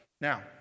Now